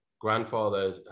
grandfather